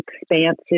expansive